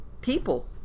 people